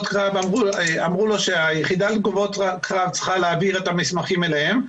אמרו לו שהיחידה לתגובות קרב צריכה להעביר את המסמכים אליהם,